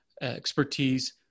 expertise